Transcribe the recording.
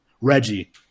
Reggie